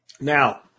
Now